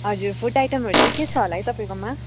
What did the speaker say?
हजुर फुड आइटमहरू चाहिँ के छ होला है तपाईँकोमा